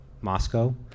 Moscow